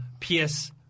PS